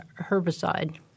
herbicide